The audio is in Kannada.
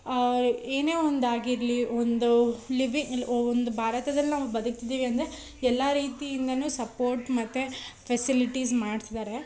ಏನೇ ಒಂದು ಆಗಿರಲಿ ಒಂದು ಲಿವಿ ಒಂದು ಭಾರತದಲ್ಲಿ ನಾವು ಬದುಕ್ತಿದ್ದೀವಿ ಅಂದರೆ ಎಲ್ಲ ರೀತಿಯಿಂದನೂ ಸಪೋರ್ಟ್ ಮತ್ತು ಫೆಸಿಲಿಟೀಸ್ ಮಾಡ್ತಿದ್ದಾರೆ